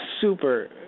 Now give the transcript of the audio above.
super